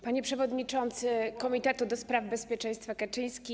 Panie Przewodniczący Komitetu ds. Bezpieczeństwa Kaczyński!